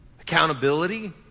accountability